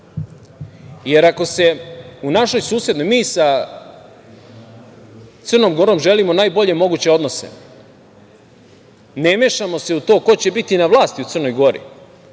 jer ako se u našoj susednoj, mi sa Crnom Gorom želimo najbolje moguće odnose, ne mešamo se u to ko će biti na vlasti u Crnoj Gori,